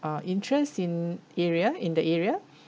uh interest in area in the area